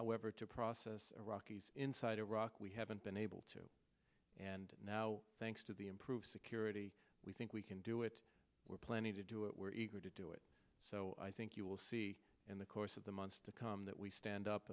however to process iraqis inside iraq we haven't been able to and now thanks to the improved security we think we can do it we're planning to do it we're eager to do it so i think you will see in the course of the months to come that we stand up